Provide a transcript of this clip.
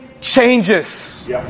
changes